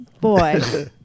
Boy